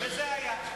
וכך היה.